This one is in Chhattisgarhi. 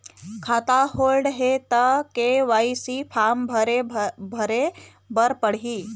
खाता होल्ड हे ता के.वाई.सी फार्म भरे भरे बर पड़ही?